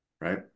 right